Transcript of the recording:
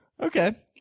Okay